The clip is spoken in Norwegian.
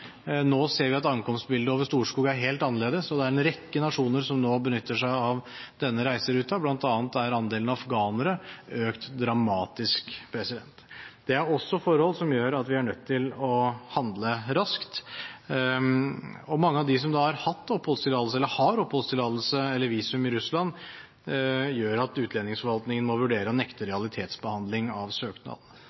Nå ser vi at ankomstbildet over Storskog er helt annerledes, og det er en rekke nasjoner som nå benytter seg av denne reiseruten, bl.a. har andelen afghanere økt dramatisk. Det er også forhold som gjør at vi er nødt til å handle raskt, og det at mange av dem har hatt oppholdstillatelse eller har oppholdstillatelse eller visum i Russland, gjør at utlendingsforvaltningen må vurdere å nekte realitetsbehandling av